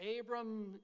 Abram